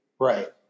right